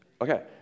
okay